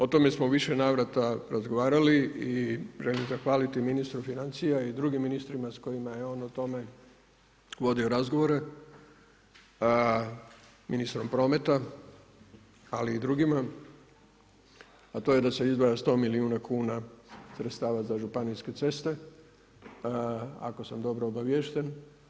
O tome smo u više navrata razgovarali i želim zahvaliti i ministru financija i drugim ministrima s kojima je on o tome vodio razgovore, ministrom prometa ali i drugima a to je da se izdvaja 100 milijuna kuna sredstava za županijske ceste, ako sam dobro obaviješten.